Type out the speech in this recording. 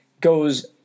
goes